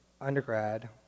undergrad